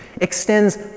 extends